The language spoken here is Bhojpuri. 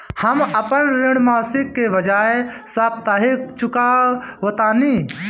हम अपन ऋण मासिक के बजाय साप्ताहिक चुकावतानी